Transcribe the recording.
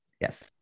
Yes